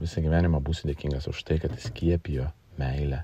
visą gyvenimą būsiu dėkingas už tai kad įskiepijo meilę